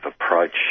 approach